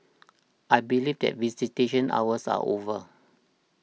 I believe that visitation hours are over